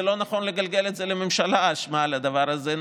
זה לא נכון לגלגל לממשלה את האשמה על הדבר הזה.